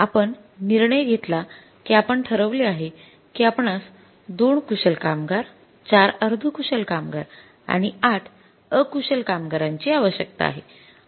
आपण निर्णय घेतला की आपण ठरवले आहे कि आपणास 2 कुशल कामगार 4 अर्धकुशल कामगार आणि 8 अकुशल कामगारांची आवश्यकता आहे